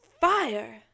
fire